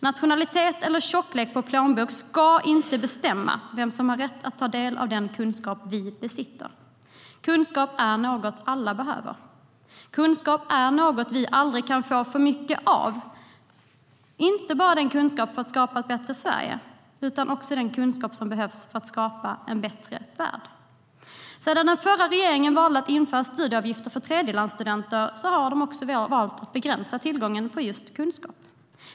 Nationalitet eller tjocklek på plånbok ska inte bestämma vem som har rätt att ta del av den kunskap vi besitter. Kunskap är något alla behöver. Kunskap är något vi aldrig kan få för mycket av. Det gäller inte bara den kunskap som behövs för att skapa ett bättre Sverige, utan också den kunskap som behövs för att skapa en bättre värld. Sedan den förra regeringen valde att införa studieavgifter för tredjelandsstudenter har den också valt att begränsa tillgången på just kunskap.